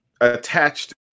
attached